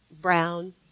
brown